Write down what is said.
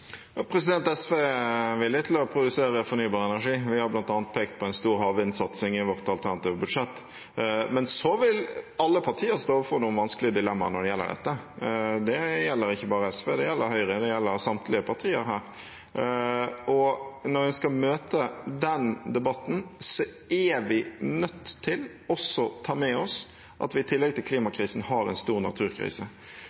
SV er villig til å produsere fornybar energi. Vi har bl.a. pekt på en stor havvindsatsing i vårt alternative budsjett. Men så vil alle partier stå overfor noen vanskelige dilemmaer når det gjelder dette. Det gjelder ikke bare SV – det gjelder Høyre, det gjelder samtlige partier her. Og når vi skal møte den debatten, er vi nødt til å ta med oss at vi i tillegg til